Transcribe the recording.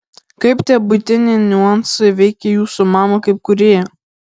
kaip tie buitiniai niuansai veikė jūsų mamą kaip kūrėją